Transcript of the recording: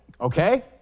okay